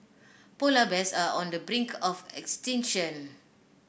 polar bears are on the brink of extinction